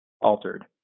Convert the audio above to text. altered